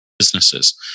businesses